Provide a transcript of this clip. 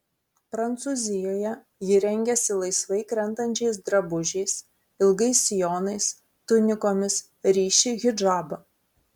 prancūzijoje ji rengiasi laisvai krentančiais drabužiais ilgais sijonais tunikomis ryši hidžabą